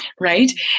Right